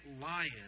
lion